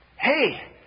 Hey